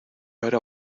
ahora